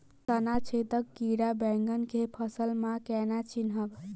तना छेदक कीड़ा बैंगन केँ फसल म केना चिनहब?